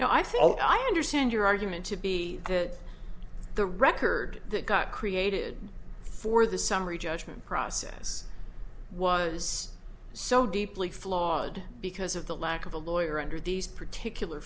think i understand your argument to be that the record that got created for the summary judgment process was so deeply flawed because of the lack of a lawyer under these particular